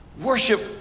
Worship